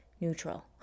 neutral